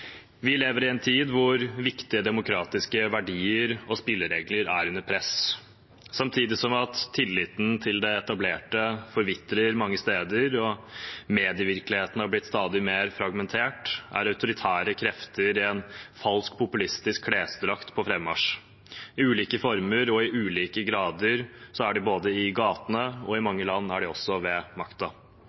Vi lever i en tid hvor viktige demokratiske verdier og spilleregler er under press. Samtidig som tilliten til det etablerte forvitrer mange steder og medievirkeligheten blir stadig mer fragmentert, er autoritære krefter i en falsk populistisk klesdrakt på frammarsj. I ulike former og grader er de både i gatene og i mange land også ved